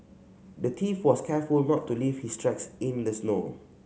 the thief was careful not to leave his tracks in the snow